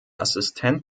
assistent